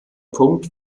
punkt